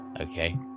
okay